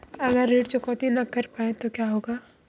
अगर ऋण चुकौती न कर पाए तो क्या होगा?